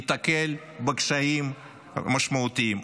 ייתקל בקשיים משמעותיים,